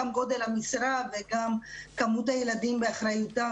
גם גודל המשרה וגם מספר הילדים ואחריותם